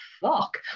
fuck